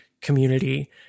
community